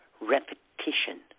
repetition